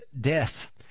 death